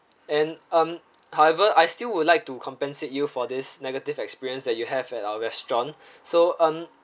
and um however I still would like to compensate you for this negative experience that you have at our restaurant so um